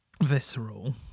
visceral